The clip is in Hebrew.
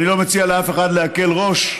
אני לא מציע לאף אחד להקל ראש.